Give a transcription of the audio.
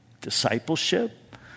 discipleship